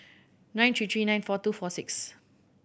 nine three three nine four two four six